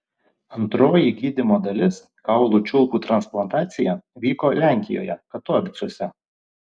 antroji gydymo dalis kaulų čiulpų transplantacija vyko lenkijoje katovicuose